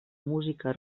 música